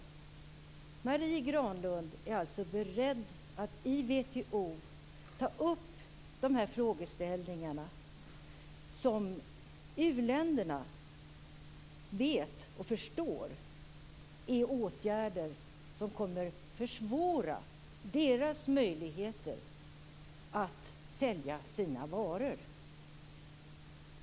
Marie Granlund är alltså beredd att i WTO ta upp dessa frågeställningar. I u-länderna vet och förstår man att det är åtgärder som kommer att försvåra deras möjligheter att sälja sina varor.